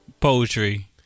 Poetry